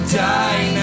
die